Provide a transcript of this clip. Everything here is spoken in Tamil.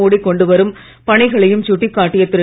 மோடிமேற்கொண்டுவரும்பணிகளையும்சுட்டிக்காட்டியதிரு